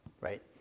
right